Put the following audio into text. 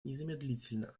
незамедлительно